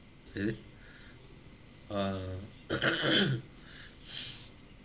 eh err